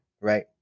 right